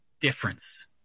difference